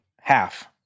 half